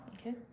Okay